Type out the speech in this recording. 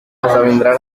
esdevindrà